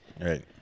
Right